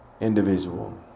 individual